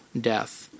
death